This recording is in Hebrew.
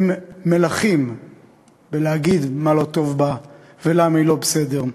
הם מלכים בלהגיד מה לא טוב בה ולמה היא לא בסדר.